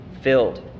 filled